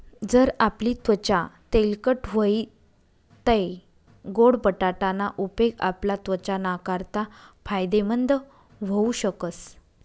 जर आपली त्वचा तेलकट व्हयी तै गोड बटाटा ना उपेग आपला त्वचा नाकारता फायदेमंद व्हऊ शकस